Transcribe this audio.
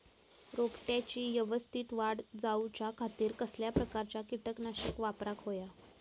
रोपट्याची यवस्तित वाढ जाऊच्या खातीर कसल्या प्रकारचा किटकनाशक वापराक होया?